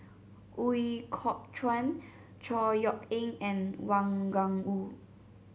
Ooi Kok Chuen Chor Yeok Eng and Wang Gungwu